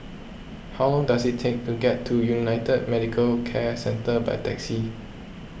how long does it take to get to United Medicare Centre by taxi